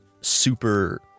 super